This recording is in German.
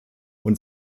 und